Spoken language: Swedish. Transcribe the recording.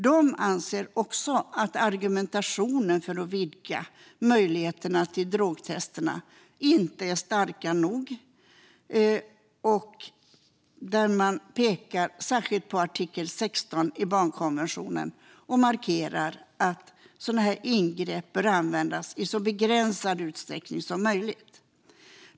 De anser inte heller att argumentationen för att vidga möjligheterna till drogtester är stark nog. Man pekar särskilt på artikel 16 i barnkonventionen och markerar att sådana ingrepp bör användas i så begränsad utsträckning som möjligt.